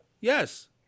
yes